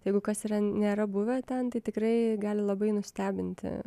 jeigu kas yra nėra buvę ten tai tikrai gali labai nustebinti